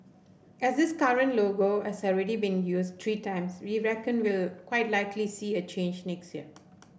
as this current logo has already been used three times we reckon we'll quite likely see a change next year